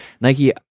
nike